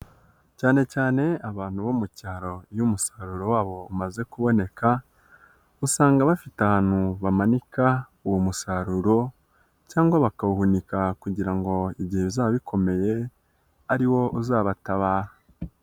Cyane cyane abantu bo mu cyaro iyo umusaruro wabo umaze kuboneka, usanga bafite ahantu bamanika uwo musaruro cyangwa bakawuhunika kugira ngo igihe bizaba bikomeye ari wo uzabatabara.